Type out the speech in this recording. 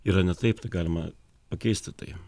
yra ne taip tai galima pakeisti tai